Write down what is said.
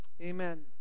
Amen